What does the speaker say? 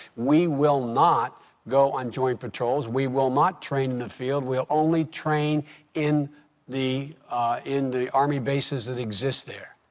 we will not go on joint patrols, we will not train in the field. we'll only train in the in the army bases that exist there.